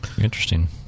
Interesting